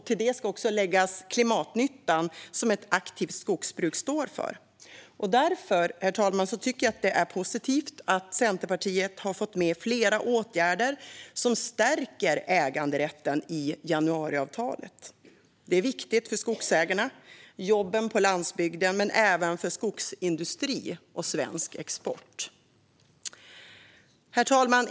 Till detta ska också läggas klimatnyttan som ett aktivt skogsbruk står för. Därför tycker jag att det är positivt att Centerpartiet har fått med flera åtgärder i januariavtalet som stärker äganderätten. Det är viktigt för skogsägarna, jobben på landsbygden, men även för skogsindustrin och svensk export. Herr talman!